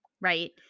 right